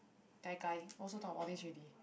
gai-gai also talk about this already